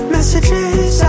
Messages